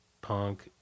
punk